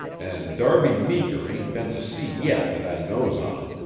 and darby meeker ain't been to sea yet that i knows on.